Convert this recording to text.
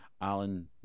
Alan